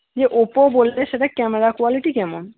যে ওপ্পো বললে সেটা ক্যামেরা কোয়ালিটি কেমন